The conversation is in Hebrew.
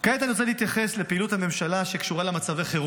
כעת אני רוצה להתייחס לפעילות הממשלה שקשורה למצבי חירום,